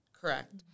Correct